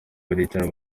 baricara